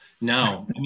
no